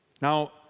Now